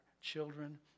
children